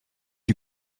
you